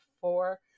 four